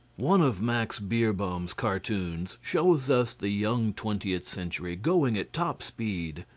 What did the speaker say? one of max beerbohm's cartoons shows us the young twentieth century going at top speed,